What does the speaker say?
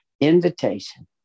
invitation